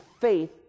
faith